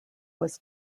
was